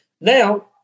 Now